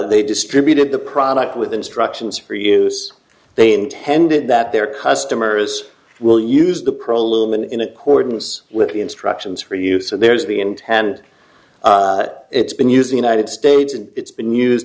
they distributed the product with instructions for use they intended that their customers will use the pro lumen in accordance with the instructions for you so there's the intent it's been using united states and it's been used